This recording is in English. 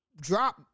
drop